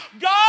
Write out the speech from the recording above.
God